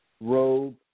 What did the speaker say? robe